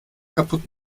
kaputt